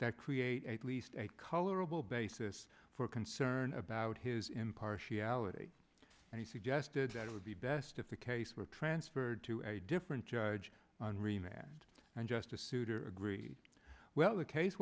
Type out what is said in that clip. that create at least a colorable basis for concern about his impartiality and he suggested that it would be best if the case were transferred to a different judge on remand and justice souter agreed well the case